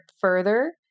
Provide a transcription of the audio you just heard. further